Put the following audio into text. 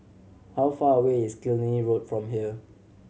how far away is Killiney Road from here